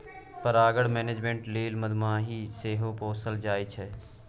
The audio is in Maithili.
परागण मेनेजमेन्ट लेल मधुमाछी सेहो पोसल जाइ छै